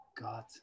God